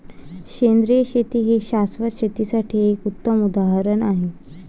सेंद्रिय शेती हे शाश्वत शेतीसाठी एक उत्तम उदाहरण आहे